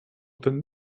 ten